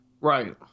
Right